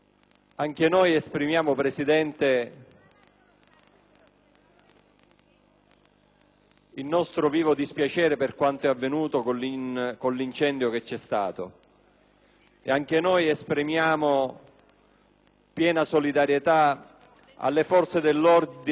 il nostro vivo dispiacere per l'incendio che si è sviluppato nel centro e anche noi esprimiamo piena solidarietà alle forze dell'ordine e ai vigili del fuoco che si sono adoperati in un contesto difficile